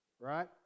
right